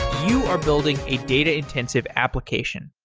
you are building a data-intensive application.